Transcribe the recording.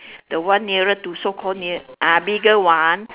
the one nearer to so called near ah bigger one